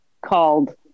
called